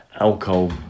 alcohol